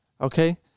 Okay